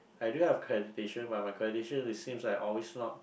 I did have accreditation but my accreditation is seems like always not